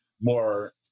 more